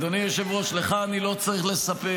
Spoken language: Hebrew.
אדוני היושב-ראש, לך אני לא צריך לספר.